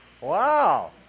Wow